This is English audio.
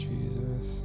Jesus